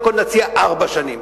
קודם כול נציע ארבע שנים,